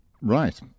Right